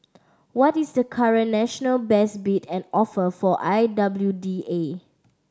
what is the current national best bid and offer for I W D A